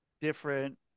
different